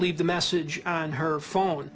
leave the message on her phone